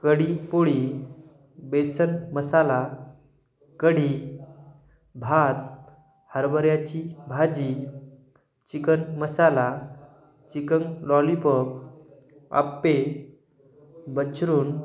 कढी पोळी बेसन मसाला कढी भात हरभऱ्याची भाजी चिकन मसाला चिकन लॉलीपॉप आपप्पे बछरून